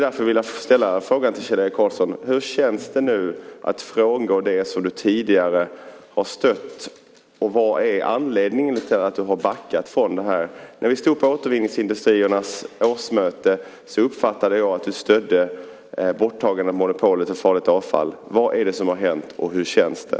Därför vill jag fråga Kjell-Erik Karlsson: Hur känns det att frångå det som du tidigare har stött? Vad är anledningen till att du har backat? När vi var på Återvinningsindustriernas årsmöte uppfattade jag att du stödde borttagande av monopolet för farligt avfall. Vad är det som har hänt och hur känns det?